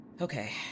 Okay